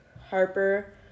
Harper